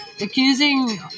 Accusing